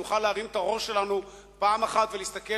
כדי שנוכל להרים את הראש שלנו פעם אחת ולהסתכל